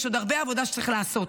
יש עוד הרבה עבודה שצריך לעשות.